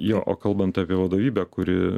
jo o kalbant apie vadovybę kuri